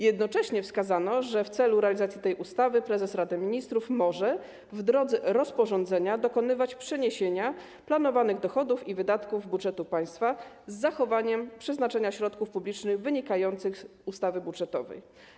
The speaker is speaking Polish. Jednocześnie wskazano, że w celu realizacji tej ustawy prezes Rady Ministrów może w drodze rozporządzenia dokonywać przeniesienia planowanych dochodów i wydatków z budżetu państwa z zachowaniem przeznaczenia środków publicznych wynikających z ustawy budżetowej.